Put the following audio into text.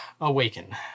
awaken